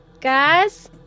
Guys